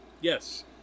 Yes